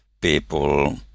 people